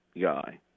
guy